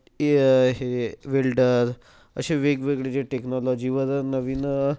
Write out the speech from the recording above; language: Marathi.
ए हे वेल्डर असे वेगवेगळे जे टेक्नॉलॉजीवर नवीन